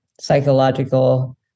psychological